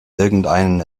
irgendeinen